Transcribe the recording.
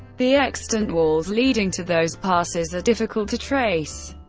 the extant walls leading to those passes are difficult to trace.